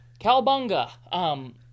Calabunga